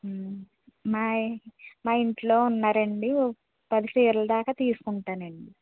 my మా ఇంట్లో ఉన్నారండి పది చీరలదాకా తీసుకుంటానండి